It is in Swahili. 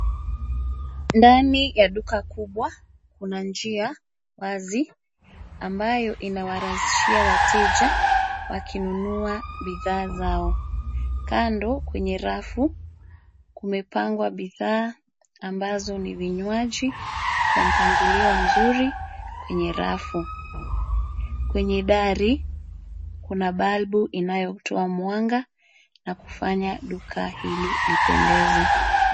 Ndani ya duka kubwa kuna njia wazi ambayo inawarahisishia wateja wakinunua bidhaa zao kando kwenye rafu kumepangwa bidhaa ambazo ni vinywaji kwa mpangilio mzuri kwenye rafu. Kwenye dari kuna bulb inayotoa mwanga na kufanya duka hili lipendeze.